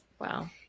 Wow